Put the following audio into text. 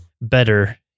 better